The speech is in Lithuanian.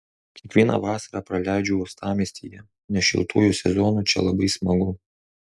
kiekvieną vasarą praleidžiu uostamiestyje nes šiltuoju sezonu čia labai smagu